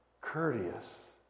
courteous